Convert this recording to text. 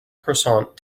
croissant